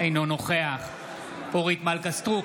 אינו נוכח אורית מלכה סטרוק,